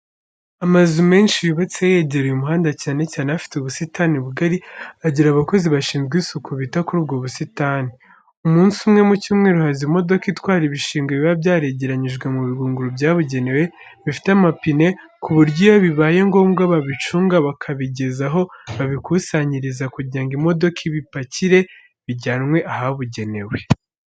Amazu menshi yubatse yegereye umuhanda cyane cyane afite ubusitani bugari, agira abakozi bashinzwe isuku, bita kuri ubwo busitani. Umunsi umwe mu cyumweru haza imodoka itwara ibishingwe biba byaregeranyirijwe mu bigunguru byabugenewe, bifite amapine, ku buryo iyo bibaye ngombwa babicunga bakabigeza aho babikusanyiriza kugira ngo imodoka ibipakire bijyanwe ahabugenewe.